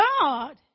God